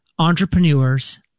entrepreneurs